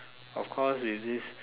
of course it is